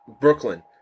Brooklyn